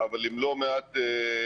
אבל עם לא מעט שחיקה,